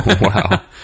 wow